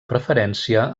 preferència